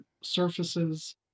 surfaces